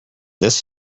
this